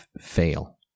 fail